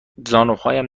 زانوهایم